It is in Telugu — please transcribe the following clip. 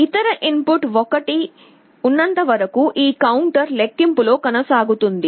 ఇతర ఇన్ పుట్ 1 ఉన్నంత వరకు ఈ కౌంటర్ లెక్కింపులో కొనసాగుతుంది